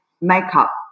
makeup